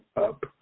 up